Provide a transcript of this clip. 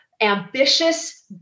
ambitious